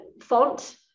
font